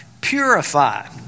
Purify